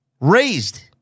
Raised